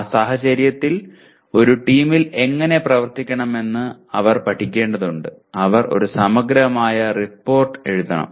ആ സാഹചര്യത്തിൽ ഒരു ടീമിൽ എങ്ങനെ പ്രവർത്തിക്കണമെന്ന് അവർ പഠിക്കേണ്ടതുണ്ട് അവർ ഒരു സമഗ്രമായ റിപ്പോർട്ട് എഴുതണം